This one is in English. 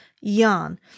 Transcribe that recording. Yarn